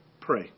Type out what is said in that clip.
pray